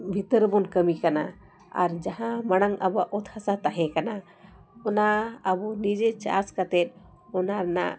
ᱵᱷᱤᱛᱟᱹᱨ ᱵᱚᱱ ᱠᱟᱹᱢᱤ ᱠᱟᱱᱟ ᱟᱨ ᱡᱟᱦᱟᱸ ᱢᱟᱲᱟᱝ ᱟᱵᱚᱣᱟᱜ ᱚᱛ ᱦᱟᱥᱟ ᱛᱟᱦᱮᱸ ᱠᱟᱱᱟ ᱚᱱᱟ ᱟᱵᱚ ᱱᱤᱡᱮ ᱪᱟᱥ ᱠᱟᱛᱮ ᱚᱱᱟ ᱨᱮᱱᱟᱜ